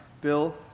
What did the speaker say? Bill